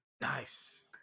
Nice